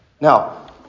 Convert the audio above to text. Now